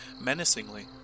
menacingly